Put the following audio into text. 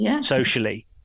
socially